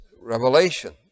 Revelation